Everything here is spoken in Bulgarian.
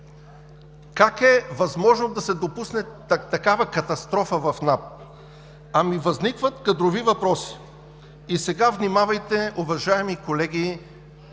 как е възможно да се допусне такава катастрофа в НАП? Ами възникват кадрови въпроси. И сега внимавайте, уважаеми колеги,